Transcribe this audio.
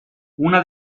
una